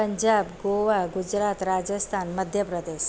Punjab Goa Gujarat Rajasthan Madhya Pradesh